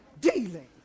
dealing